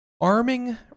arming